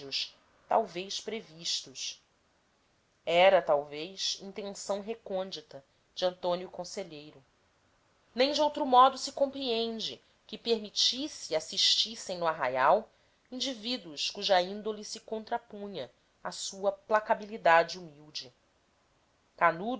talvez previstos era talvez intenção recôndita de antônio conselheiro nem de outro modo se compreende que permitisse assistissem no arraial indivíduos cuja índole se contrapunha à sua placabilidade humilde canudos